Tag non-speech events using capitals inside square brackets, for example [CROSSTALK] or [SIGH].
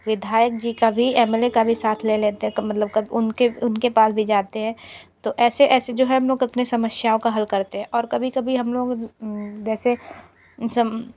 विधायक जी का भी एम एल ए का भी साथ ले लेते का मतलब कब उनके उनके पास भी जाते हैं तो ऐसे ऐसे जो है हम लोग अपने समस्याओं का हल करते हैं और कभी कभी हम लोग जैसे [UNINTELLIGIBLE]